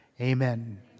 Amen